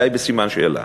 היא די בסימן שאלה.